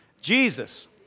Jesus